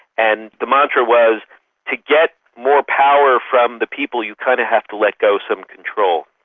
and the mantra was to get more power from the people, you kind of have to let go some control.